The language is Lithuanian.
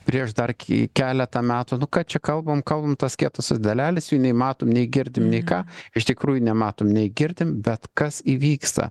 prieš dar ky keletą metų nu ką čia kalbam kalbam tos kietosios dalelės jų nei matom nei girdim nei ką iš tikrųjų nematom nei girdim bet kas įvyksta